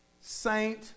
saint